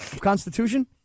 constitution